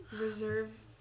Reserve